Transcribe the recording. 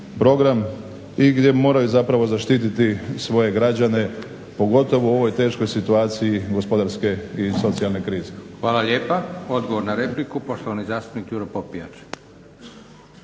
program i gdje moraju zapravo zaštititi svoje građane pogotovo u ovoj teškoj situaciji gospodarske i socijalne krize. **Leko, Josip (SDP)** Hvala lijepa. Odgovor na repliku, poštovani zastupnik Đuro Popijač.